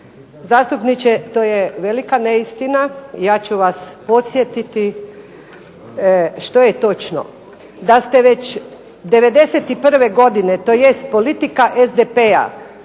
Zastupniče to je velika neistina. Ja ću vas podsjetiti što je točno. Da ste već '91. godine, tj. politika SDP